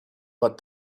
but